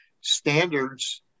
standards